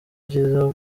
vyiza